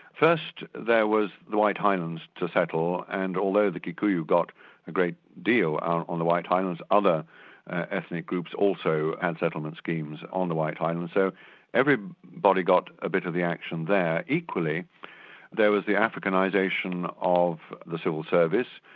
first there was the white highlands to settle and although the kikuyu got a great deal on the white highlands, other ethnic groups also had settlement schemes on the white highlands so everybody got a bit of the action there. equally there was the africanisation of the civil service,